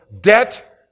debt